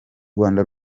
rwanda